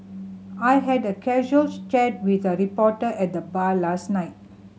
I had a casual chat with a reporter at the bar last night